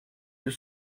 deux